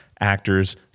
actors